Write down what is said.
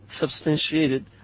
substantiated